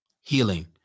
Healing